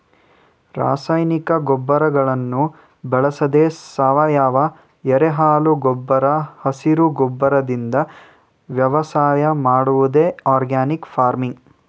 ರಾಸಾಯನಿಕ ಗೊಬ್ಬರಗಳನ್ನು ಬಳಸದೆ ಸಾವಯವ, ಎರೆಹುಳು ಗೊಬ್ಬರ ಹಸಿರು ಗೊಬ್ಬರದಿಂದ ವ್ಯವಸಾಯ ಮಾಡುವುದೇ ಆರ್ಗ್ಯಾನಿಕ್ ಫಾರ್ಮಿಂಗ್